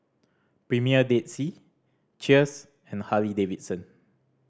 Premier Dead Sea Cheers and Harley Davidson